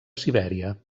sibèria